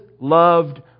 loved